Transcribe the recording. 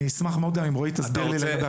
אני אשמח שרועי יסביר.